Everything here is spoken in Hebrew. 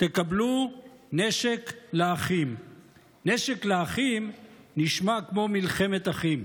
תקבלו "נשק לאחים"; "נשק לאחים" נשמע כמו מלחמת אחים.